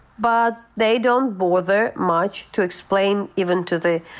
but they don't bother much to explain even to the,